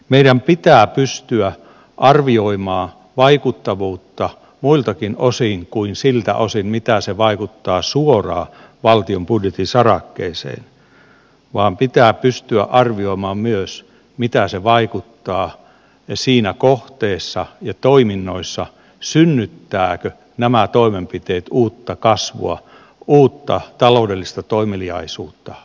meidän pitää pystyä arvioimaan vaikuttavuutta muiltakin osin kuin siltä osin mitä se vaikuttaa suoraan valtion budjetin sarakkeeseen eli pitää pystyä arvioimaan myös mitä se vaikuttaa siinä kohteessa ja toiminnoissa synnyttävätkö nämä toimenpiteet uutta kasvua uutta taloudellista toimeliaisuutta vai eivät